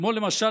כמו למשל,